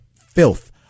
filth